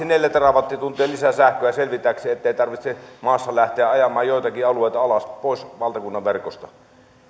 neljä terawattituntia lisää sähköä selvitäkseen ettei tarvitse maassa lähteä ajamaan joitakin alueita alas pois valtakunnan verkosta